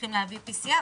וצריכים להביא PCR,